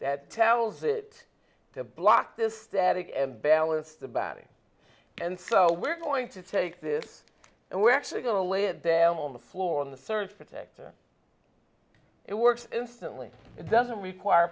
that tells it to block this static and balance the battery and so we're going to take this and we're actually going to lay it down on the floor in the surge protector it works instantly it doesn't require